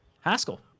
Haskell